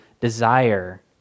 desire